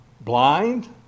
blind